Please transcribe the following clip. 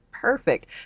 perfect